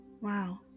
Wow